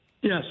Yes